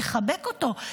תחבק אותו,